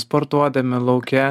sportuodami lauke